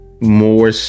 more